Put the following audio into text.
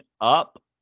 up